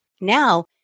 Now